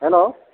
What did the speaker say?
hello